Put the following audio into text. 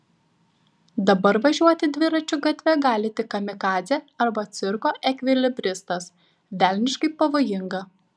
dabar važiuoti dviračiu gatve gali tik kamikadzė arba cirko ekvilibristas velniškai pavojinga